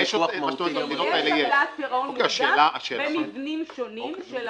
שיש עמלת פירעון מוקדם במבנים שונים של עמלה.